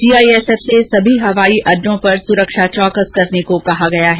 CISF से सभी हवाई अड्डों पर सुरक्षा चौकस करने को कहा गया है